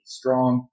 strong